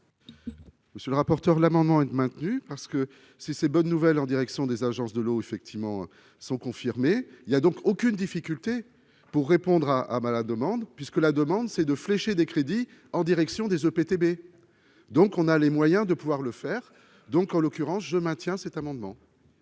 Monsieur le rapporteur, l'amendement est maintenu, parce que si ces bonnes nouvelles en direction des agences de l'eau effectivement sont confirmées, il y a donc aucune difficulté pour répondre à à demande puisque la demande c'est de flécher des crédits en direction des EPTB donc on a les moyens de pouvoir le faire, donc en l'occurrence je maintiens cet amendement.